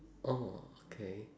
oh okay